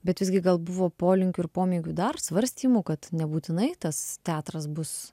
bet visgi gal buvo polinkių ir pomėgių dar svarstymų kad nebūtinai tas teatras bus